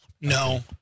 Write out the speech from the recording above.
No